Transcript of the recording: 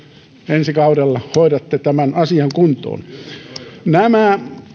ensi kaudella hoidatte tämän asian kuntoon nämä